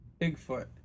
Bigfoot